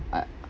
I